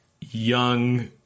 young